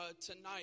tonight